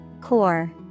Core